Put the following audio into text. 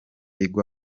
igwa